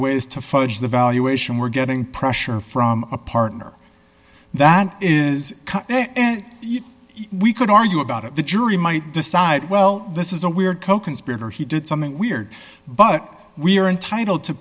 ways to fudge the valuation we're getting pressure from a partner that is we could argue about it the jury might decide well this is a weird coconspirator he did something weird but we're entitled to